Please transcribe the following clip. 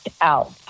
out